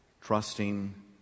trusting